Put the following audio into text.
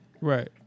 Right